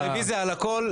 אז רוויזיה על הכול.